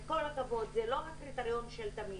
עם כל הכבוד, זה לא הקריטריון של תמיד.